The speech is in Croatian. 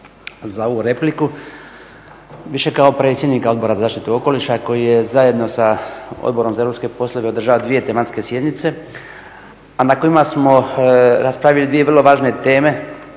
za ovu repliku više kao predsjednika Odbora za zaštitu okoliša koji je zajedno sa Odborom za europske poslove održao dvije tematske sjednice, a na kojima smo raspravili dvije važne teme